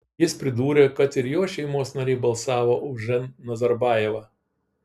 jis pridūrė kad ir jo šeimos nariai balsavo už n nazarbajevą